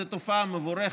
זו תופעה מבורכת,